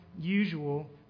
usual